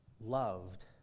loved